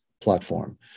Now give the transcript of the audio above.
platform